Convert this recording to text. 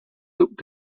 looked